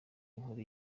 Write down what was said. inkuru